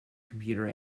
computer